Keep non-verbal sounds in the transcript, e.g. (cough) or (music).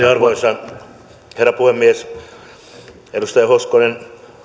(unintelligible) arvoisa herra puhemies edustaja hoskonen